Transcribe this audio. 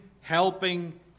helping